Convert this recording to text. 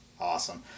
Awesome